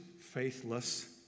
faithless